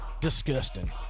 Disgusting